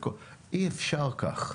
אי-אפשר כך.